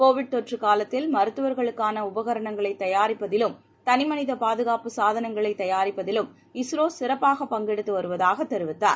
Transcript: Covid தொற்று காலத்தில் மருத்துவர்களுக்கான உபகரணங்களைத் தயாரிப்பதிலும் தனி மனித பாதுகாப்பு சாதனங்களைத் தயாரிப்பதிலும் இஸ்ரோ சிறப்பாக பங்கெடுத்து வருவதாக தெரிவித்தார்